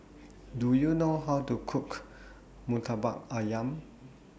Do YOU know How to Cook Murtabak Ayam